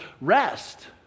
rest